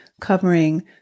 covering